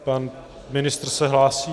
Pan ministr se hlásí.